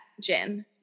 gin